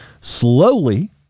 slowly